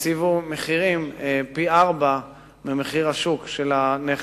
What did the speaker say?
הציבו מחירים פי-ארבעה ממחיר השוק של הנכס.